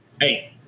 Hey